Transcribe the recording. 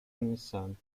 ognissanti